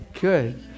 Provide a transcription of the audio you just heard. Good